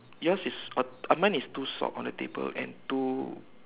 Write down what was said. yours is on uh mine is two socks on the table and two